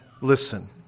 listen